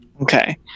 Okay